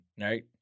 Right